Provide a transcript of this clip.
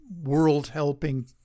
world-helping